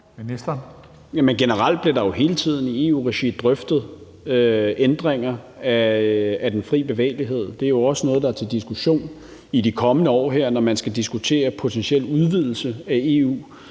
Hummelgaard): Generelt bliver der jo hele tiden i EU-regi drøftet ændringer af den fri bevægelighed. Det er jo også noget, der er til diskussion i de kommende år her, når man skal diskutere potentiel udvidelse af EU,